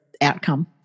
outcome